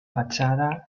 fachada